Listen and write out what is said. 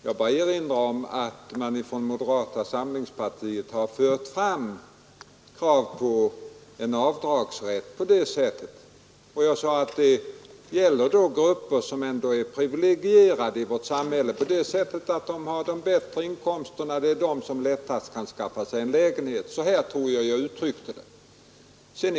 Jag bara erinrade om att moderata samlingspartiet har fört fram krav på avdragsrätt och att det gäller de grupper som ändå är privilegierade i vårt samhälle på det sättet att de har de bättre inkomsterna och lättast kan skaffa sig en lägenhet. Så tror jag att jag uttryckte det.